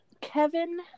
Kevin